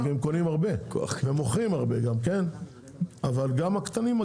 הם קונים הרבה והם גם מוכרים הרבה אבל גם הקטנים,